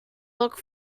look